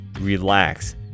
Relax